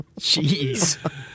Jeez